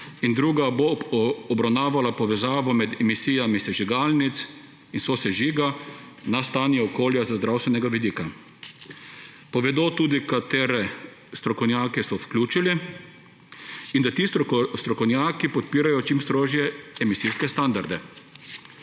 in druga bo obravnavala povezavo med emisijami sežigalnic in sosežiga na stanje okolja z zdravstvenega vidika. Povedo tudi, katere strokovnjake so vključili in da ti strokovnjaki podpirajo čim strožje emisijske standarde.